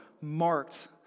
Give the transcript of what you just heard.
marked